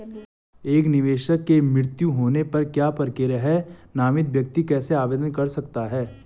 एक निवेशक के मृत्यु होने पर क्या प्रक्रिया है नामित व्यक्ति कैसे आवेदन कर सकता है?